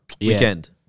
Weekend